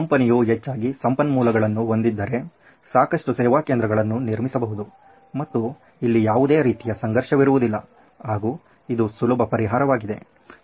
ಕಂಪೆನಿಯು ಹೆಚ್ಚಾಗಿ ಸಂಪನ್ಮೂಲಗಳನ್ನು ಹೊಂದಿದ್ದರೆ ಸಾಕಷ್ಟು ಸೇವಾ ಕೇಂದ್ರಗಳನ್ನು ನಿರ್ಮಿಸಬಹುದು ಮತ್ತು ಇಲ್ಲಿ ಯಾವುದೇ ರೀತಿಯ ಸಂಘರ್ಷವಿರುವುದಿಲ್ಲ ಹಾಗೂ ಇದು ಸುಲಭ ಪರಿಹಾರವಾಗಿದೆ